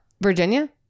Virginia